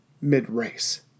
mid-race